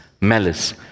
malice